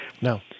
No